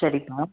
சரிப்பா